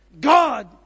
God